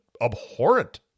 abhorrent